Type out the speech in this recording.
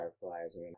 fireflies